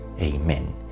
Amen